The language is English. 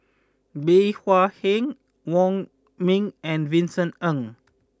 Bey Hua Heng Wong Ming and Vincent Ng